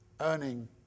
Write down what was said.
earning